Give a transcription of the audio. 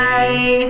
Bye